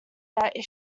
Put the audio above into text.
that